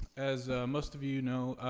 as most of you know,